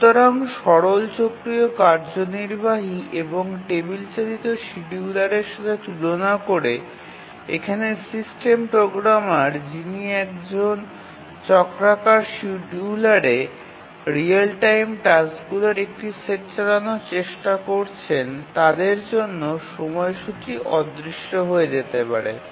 সুতরাং সরল চক্রীয় কার্যনির্বাহী এবং টেবিল চালিত শিডিয়ুলারের সাথে তুলনা করে এখানে সিস্টেম প্রোগ্রামার যিনি একজন চক্রাকার শিডিয়ুলারে রিয়েল টাইম টাস্কগুলির একটি সেট চালানোর চেষ্টা করছেন তাদের জন্য সময়সূচী অদৃশ্য হয়ে যেতে পারে